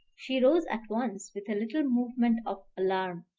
she rose at once, with a little movement of alarm,